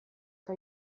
eta